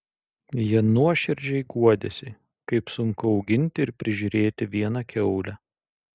jie nuoširdžiai guodėsi kaip sunku auginti ir prižiūrėti vieną kiaulę